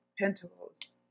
pentacles